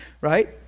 right